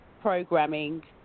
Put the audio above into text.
Programming